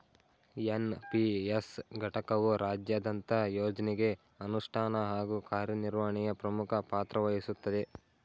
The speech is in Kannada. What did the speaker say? ಎನ್.ಪಿ.ಎಸ್ ಘಟಕವು ರಾಜ್ಯದಂತ ಯೋಜ್ನಗೆ ಅನುಷ್ಠಾನ ಹಾಗೂ ಕಾರ್ಯನಿರ್ವಹಣೆಯ ಪ್ರಮುಖ ಪಾತ್ರವಹಿಸುತ್ತದೆ